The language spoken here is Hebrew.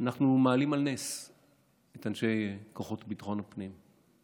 אנחנו מעלים על נס את אנשי כוחות ביטחון הפנים.